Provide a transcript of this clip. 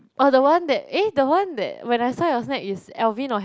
oh the one that eh the one that when I saw your snap it's Alvin or